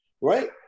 right